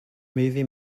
movie